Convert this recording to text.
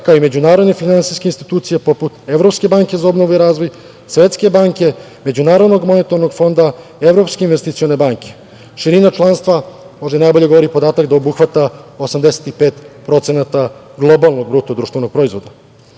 kao i međunarodne finansijske institucije, poput Evropske banke za obnovu i razvoj, Svetske banke, MMF, Evropske investicione banke. Širina članstva, možda najbolje govori podatak, da obuhvata 85% globalnog društvenog proizvoda. Cilj